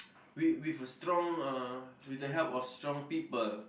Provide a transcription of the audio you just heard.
with with a strong uh with the help of strong people